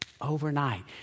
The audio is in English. Overnight